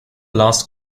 last